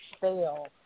fail